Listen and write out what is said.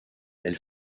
elle